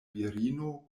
virino